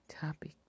Topic